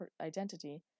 identity